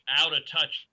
out-of-touch